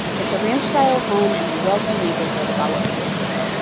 it's a ranch-style home in a wealthy neighborhood of agua prieta.